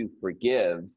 forgive